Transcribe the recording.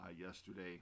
yesterday